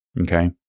Okay